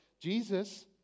Jesus